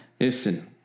Listen